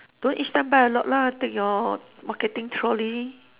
don't each time buy a lot lah take your marketing trolley